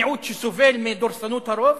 המיעוט שסובל מדורסנות הרוב,